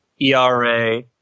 ERA